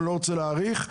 אני לא רוצה להאריך,